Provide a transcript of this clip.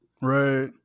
Right